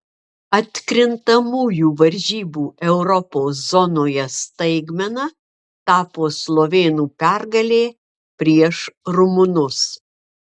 atkrintamųjų varžybų europos zonoje staigmena tapo slovėnų pergalė prieš rumunus